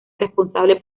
responsable